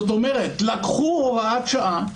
זאת אומרת לקחו הוראת שעה,